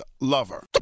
Lover